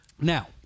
Now